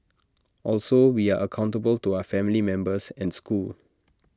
also we are accountable to our family members and school